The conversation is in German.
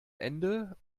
ende